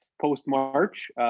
post-March